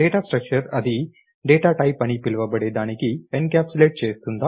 data structure అది data type అని పిలవబడే దానిని ఎన్క్యాప్సులేట్ చేస్తుందా